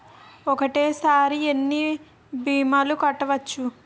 ఒక్కటేసరి ఎన్ని భీమాలు కట్టవచ్చు?